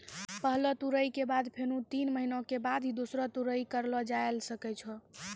पहलो तुड़ाई के बाद फेनू तीन महीना के बाद ही दूसरो तुड़ाई करलो जाय ल सकै छो